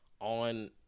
on